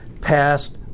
passed